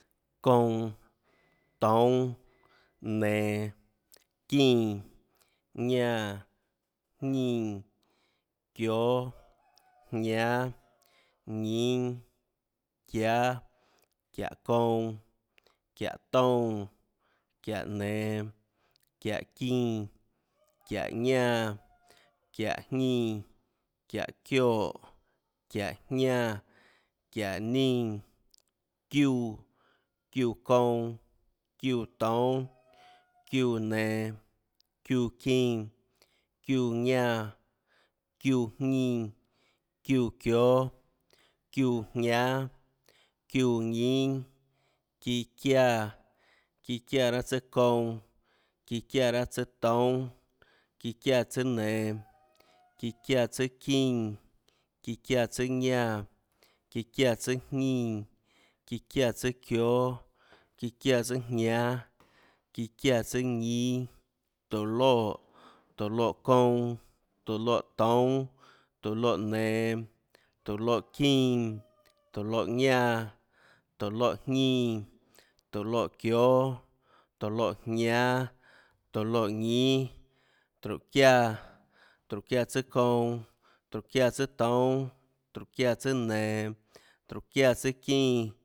Kounã, toúnâ, nenå, çínã, ñánã, jñínã, çióâ, jñánâ, ñínâ, çiáâ, çiáhå kounã, çiáhå toúnâ, çiáhå nenå, çiáhå çínã, çiáhå ñánã, çiáhå jñínã, çiáhå çioè, çiáhå jñánã, çiáhå nínã, çiúã, çiúã kounã, çiúã toúnâ, çiúã nenå, çiúã çínã, çiúã ñánã, çiúã jñínã, çiúã çióâ, çiúã jñánâ, çiúã ñínâ, çíã çiáã, çíã çiáã raâ tsùâ kounã, çíã çiáã raâ tsùâ toúnâ, çíã çiáã tsùâ nenå, çíã çiáã tsùâ çínã, çíã çiáã tsùâ ñánã çíã çiáã tsùâ jñínã çíã çiáã tsùâ çióâ, çiáã tsùâjñánâ, çíã çiáã tsùâ ñínâ, tóå loè. tóå loè kounã. tóå loè toúnâ, tóå loè nenå. tóå loè çínã, tóå loè ñánã. tóå loè jñínã. tóå loè çióâ. tóå loè jñánâ. tóå loè ñínâ, tróhå çiáã, tróhå çiáã tsùâ kounã. tróhå çiáã tsùâ toúnâ. tróhå çiáã tsùâ nenå. tróhå çiáã tsùâ çínã